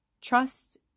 Trust